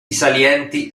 salienti